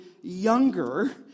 younger